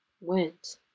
went